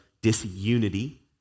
disunity